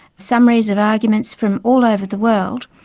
summaries of arguments from all over the world.